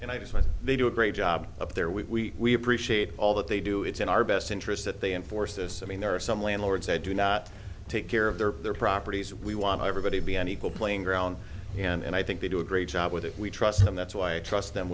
and i just like they do a great job up there we appreciate all that they do it's in our best interest that they enforce this i mean there are some landlords they do not take care of their properties we want everybody to be on equal playing ground and i think they do a great job with it we trust them that's why i trust them